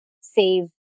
save